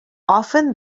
often